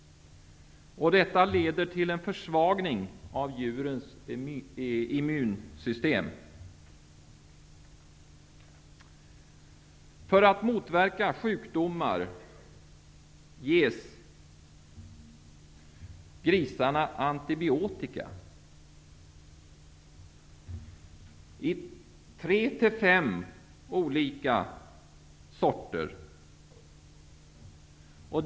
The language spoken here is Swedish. Detta leder till en försvagning av djurens immunsystem. För att motverka sjukdomar får grisarna antibiotika. Det kan vara tre--fem olika sorter.